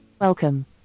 Welcome